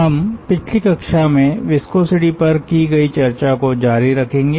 हम पिछली कक्षा में विस्कोसिटी पर की गयी चर्चा को जारी रखेंगे